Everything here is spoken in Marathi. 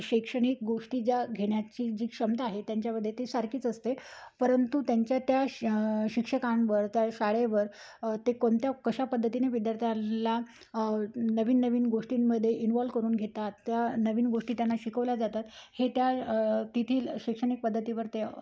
शैक्षणिक गोष्टी ज्या घेण्याची जी क्षमता आहे त्यांच्यामध्ये ती सारखीच असते परंतु त्यांच्या त्या श शिक्षकांवर त्या शाळेवर ते कोणत्या कशा पद्धतीने विद्यार्थ्यांला नवीन नवीन गोष्टींमध्ये इनवॉल्व्ह करून घेतात त्या नवीन गोष्टी त्यांना शिकवल्या जातात हे त्या तेथील शैक्षणिक पद्धतीवर ते